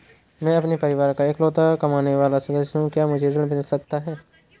मैं अपने परिवार का इकलौता कमाने वाला सदस्य हूँ क्या मुझे ऋण मिल सकता है?